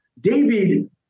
David